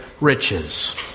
riches